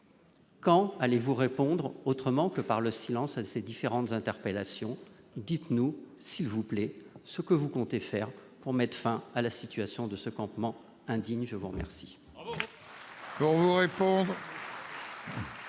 Quand allez-vous répondre autrement que par le silence à ces différentes interpellations ? Veuillez s'il vous plaît nous dire ce que vous comptez faire pour mettre fin à la situation de ce campement indigne. Bravo ! La parole